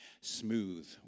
smooth